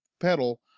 pedal